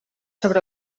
sobre